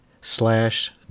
slash